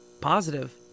Positive